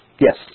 Yes